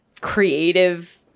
creative